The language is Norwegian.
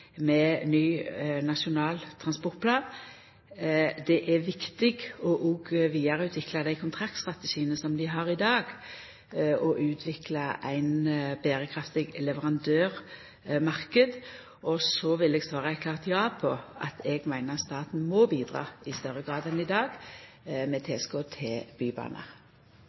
ny Nasjonal transportplan. Det er òg viktig å vidareutvikla dei kontraktstrategiane som dei har i dag, og å utvikla ein berekraftig leverandørmarknad. Så vil eg svara eit klart ja, eg meiner staten må bidra i større grad enn i dag med tilskot til